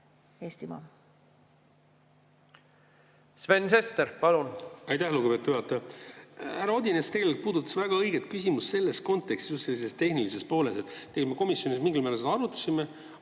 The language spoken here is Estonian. Sven Sester, palun!